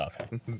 Okay